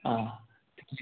آ